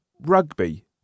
rugby